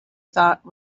thought